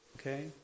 okay